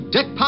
Dick